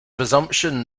presumption